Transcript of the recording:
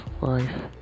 life